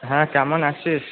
হ্যাঁ কেমন আছিস